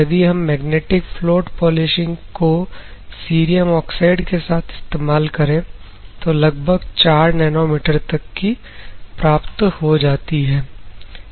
यदि हम magnetic float polishing को सीरियम ऑक्साइड के साथ इस्तेमाल करें तो लगभग 4 नैनोमीटर तक की प्राप्त हो जाती है